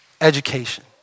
education